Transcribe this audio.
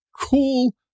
cool